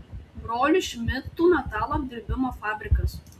brolių šmidtų metalo apdirbimo fabrikas